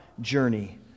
journey